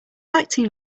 acting